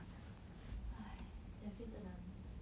!hais! 减肥真的很